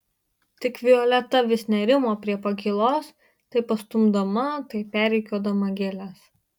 tik violeta vis nerimo prie pakylos tai pastumdama tai perrikiuodama gėles